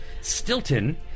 Stilton